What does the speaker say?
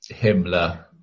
Himmler